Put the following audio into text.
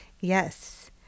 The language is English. Yes